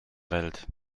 welt